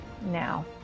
now